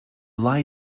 lie